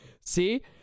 See